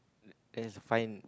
that's fine